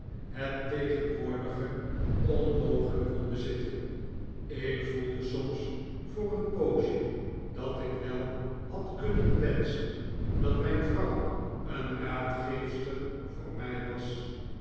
het tegenwoordige onmogelijk kon bezitten ik voelde soms voor een poosje dat ik wel had kunnen wenschen dat mijn vrouw een raadgeefster voor mij was